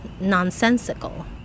nonsensical